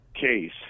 case